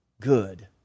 good